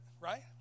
Right